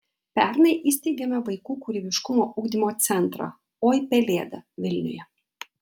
pernai įsteigėme vaikų kūrybiškumo ugdymo centrą oi pelėda vilniuje